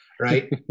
right